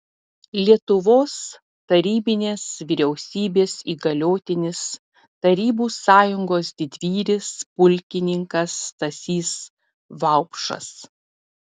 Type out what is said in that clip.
lietuvos tarybinės vyriausybės įgaliotinis tarybų sąjungos didvyris pulkininkas stasys vaupšas